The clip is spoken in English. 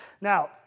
Now